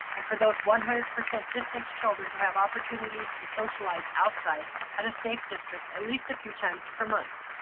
and for those one hundred percent distance children to have opportunities to socialize outside at a safe district, at least a few times per month.